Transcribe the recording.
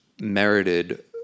merited